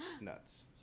nuts